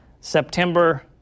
September